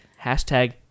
Hashtag